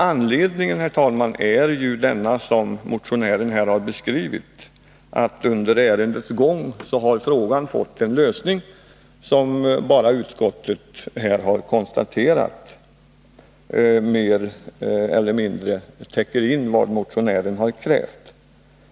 Anledningen är den som motionären här har beskrivit, nämligen att frågan under ärendets gång fått en lösning som — det konstaterar utskottet — mer eller mindre täcker vad motionären har krävt.